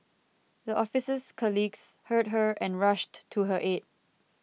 the officer's colleagues heard her and rushed to her aid